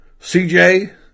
CJ